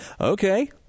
Okay